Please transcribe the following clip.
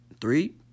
Three